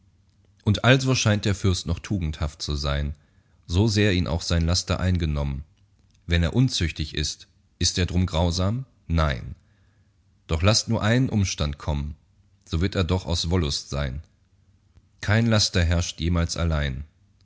und also scheint der fürst noch tugendhaft zu sein sosehr ihn auch sein laster eingenommen wenn er unzüchtig ist ist er drum grausam nein doch laßt nur einen umstand kommen so wird ers doch aus wollust sein kein laster herrscht jemals allein